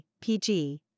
PG